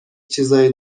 چیزای